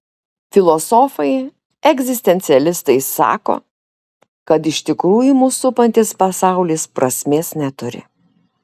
filosofai egzistencialistai sako kad iš tikrųjų mus supantis pasaulis prasmės neturi